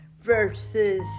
versus